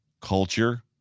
Culture